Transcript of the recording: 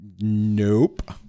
nope